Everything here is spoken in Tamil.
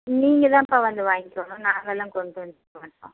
நீங்கதான்ப்பா வந்து வாங்கிக்கணும் நாங்கலாம் கொண்டு வந்து கொடுக்கமாட்டோம்